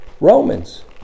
Romans